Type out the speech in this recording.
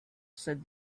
said